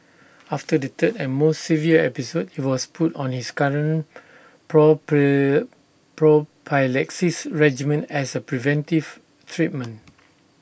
after the third and most severe episode he was put on his current prophylaxis regimen as A preventive treatment